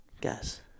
Guess